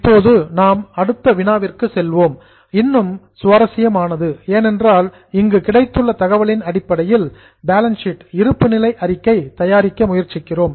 இப்போது நாம் அடுத்த வினாவிற்கு செல்வோம் இன்னும் இன்டர்ஸ்டிங் சுவாரசியமானது ஏனென்றால் இங்கு கிடைத்துள்ள தகவலின் அடிப்படையில் பேலன்ஸ் ஷீட் இருப்புநிலை அறிக்கை தயாரிக்க முயற்சிக்கிறோம்